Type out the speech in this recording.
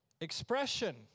expression